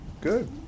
Good